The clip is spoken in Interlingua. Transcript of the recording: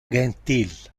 gentil